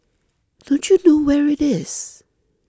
don't you know where it is